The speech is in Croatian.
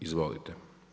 Izvolite.